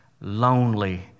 Lonely